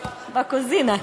ב"קוזינה",